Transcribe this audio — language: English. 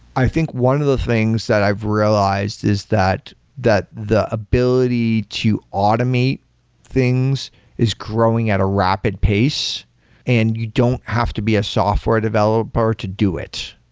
i think one of the things that i've realized is that that the ability to automate things is growing at a rapid pace and you don't have to be a software developer to do it.